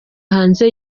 hanze